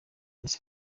ese